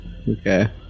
Okay